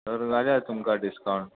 तर घालया तुमकां डिस्कावंट